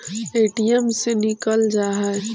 ATM से निकल जा है?